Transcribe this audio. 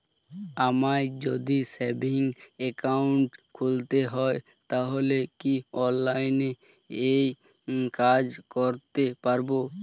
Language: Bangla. আমায় যদি সেভিংস অ্যাকাউন্ট খুলতে হয় তাহলে কি অনলাইনে এই কাজ করতে পারবো?